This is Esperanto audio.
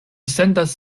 sentas